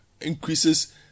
increases